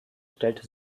stellte